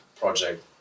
project